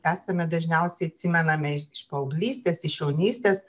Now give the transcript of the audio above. esame dažniausiai atsimename iš paauglystės iš jaunystės